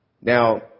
Now